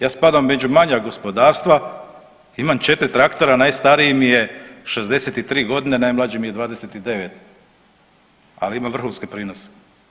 Ja spadam među manja gospodarstva, imam 4 traktora najstariji mi je 63 godine, najmlađi mi je 29, ali ima vrhunske prinose.